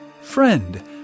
Friend